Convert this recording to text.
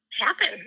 happen